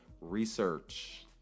research